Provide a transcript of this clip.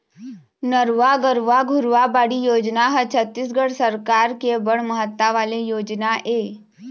नरूवा, गरूवा, घुरूवा, बाड़ी योजना ह छत्तीसगढ़ सरकार के बड़ महत्ता वाले योजना ऐ